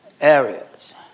areas